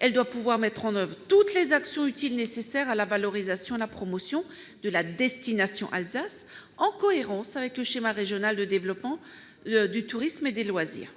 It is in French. elle doit pouvoir mettre en oeuvre toutes les actions utiles et nécessaires à la valorisation et à la promotion de la destination Alsace, en cohérence avec le schéma régional de développement du tourisme et des loisirs.